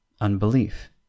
unbelief